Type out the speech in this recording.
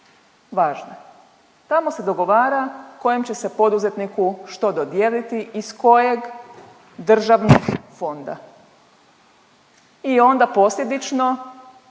važne. Tamo se dogovara kojem će se poduzetniku što dodijeliti iz kojeg državnog fonda i onda posljedično